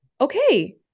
Okay